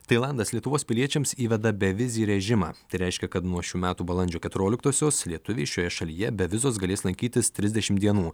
tailandas lietuvos piliečiams įveda bevizį režimą tai reiškia kad nuo šių metų balandžio keturioliktosios lietuviai šioje šalyje be vizos galės lankytis trisdešimt dienų